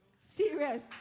Serious